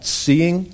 seeing